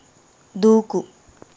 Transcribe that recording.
దూకు